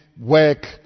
work